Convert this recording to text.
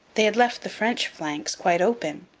they had left the french flanks quite open.